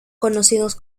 conocidos